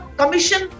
commission